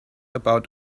about